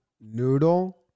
Noodle